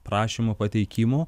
prašymo pateikimo